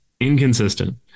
Inconsistent